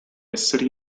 essere